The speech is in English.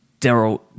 Daryl